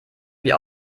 wir